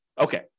okay